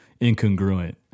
incongruent